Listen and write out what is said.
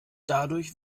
dadurch